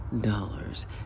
dollars